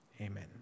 Amen